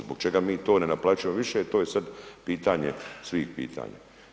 Zbog čega mi to ne naplaćujemo više to je sad pitanje svih pitanja.